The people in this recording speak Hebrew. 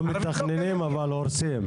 לא מתכננים, אבל הורסים.